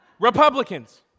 Republicans